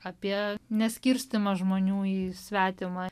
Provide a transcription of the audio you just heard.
apie neskirstymą žmonių į svetimą